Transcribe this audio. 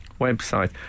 website